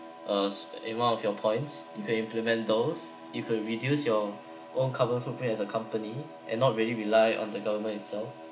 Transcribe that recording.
us in one of your points you can implement those it could reduce your own carbon footprint as a company and not really rely on the government itself